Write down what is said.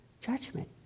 judgment